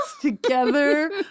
together